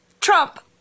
Trump